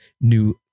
new